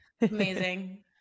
Amazing